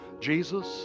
Jesus